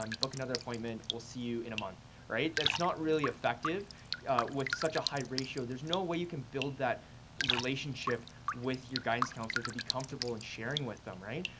um book another appointment. we'll see you in a month. right? that's not really effective with such a high ratio. there's no way you can build that relationship with your guidance counsellor to be comfortable in and sharing with them, right?